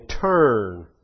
turn